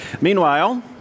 Meanwhile